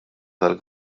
tal